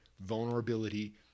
vulnerability